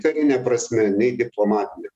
karine prasme nei diplomatine